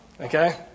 Okay